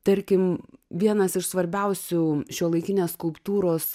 tarkim vienas iš svarbiausių šiuolaikinės skulptūros